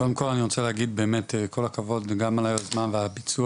קודם כל אני רוצה להגיד באמת כל הכבוד גם על היוזמה והביצוע